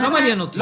לא מעניין אותי.